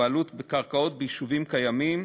בעלות בקרקעות ביישובים קיימים.